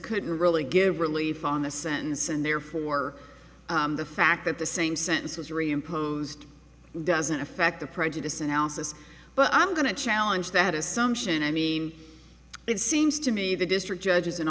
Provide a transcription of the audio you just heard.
couldn't really give relief on the sentence and therefore the fact that the same sentence was reimposed doesn't affect the prejudice analysis but i'm going to challenge that assumption i mean it seems to me the district judge is an